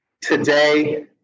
today